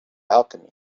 alchemy